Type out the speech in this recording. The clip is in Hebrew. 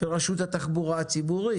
ברשות התחבורה הציבורית,